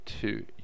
Two